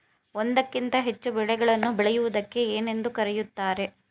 ಒಂದಕ್ಕಿಂತ ಹೆಚ್ಚು ಬೆಳೆಗಳನ್ನು ಬೆಳೆಯುವುದಕ್ಕೆ ಏನೆಂದು ಕರೆಯುತ್ತಾರೆ?